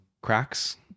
cracks